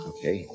Okay